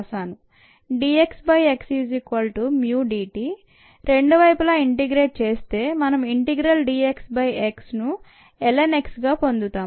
dxxμdt రెండు వైపులా ఇంటిగ్రేట్ చేస్తే మనం ఇంటిగ్రల్ dx by x ను ln x గా పొందుతాము